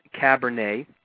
Cabernet